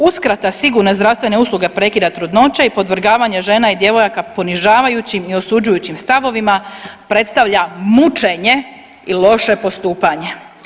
Uskrata sigurne zdravstvene usluge prekida trudnoće i podvrgavanja žena i djevojaka ponižavajućim i osuđujućim stavovima predstavlja mućenje i loše postupanje.